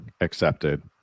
accepted